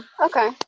Okay